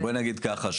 בואו נגיד ככה,